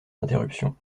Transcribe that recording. interruptions